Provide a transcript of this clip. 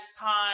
time